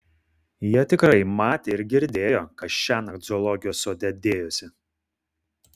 jie tikrai matė ir girdėjo kas šiąnakt zoologijos sode dėjosi